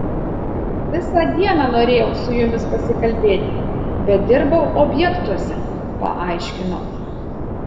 visą dieną norėjau su jumis pasikalbėti bet dirbau objektuose paaiškino